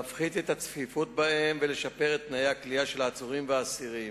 להפחית את הצפיפות בהם ולשפר את תנאי הכליאה של העצורים והאסירים,